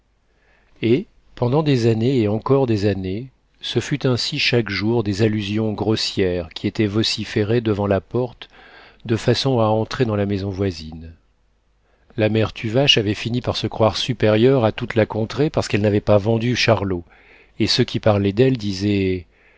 et pendant des années et encore des années ce fut ainsi chaque jour chaque jour des allusions grossières étaient vociférées devant la porte de façon à entrer dans la maison voisine la mère tuvache avait fini par se croire supérieure à toute la contrée parce qu'elle n'avait pas vendu charlot et ceux qui parlaient d'elle disaient